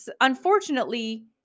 unfortunately